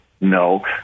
No